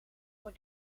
voor